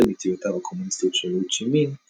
ובשל נטיותיו הקומוניסטיות של הו צ'י מין,